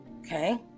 Okay